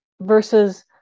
versus